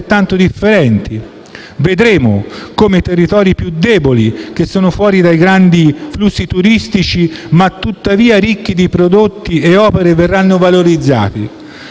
tuttavia ricchi di prodotti e opere, verranno valorizzati.